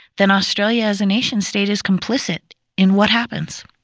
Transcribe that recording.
then australia as a nation state is complicit in what happens.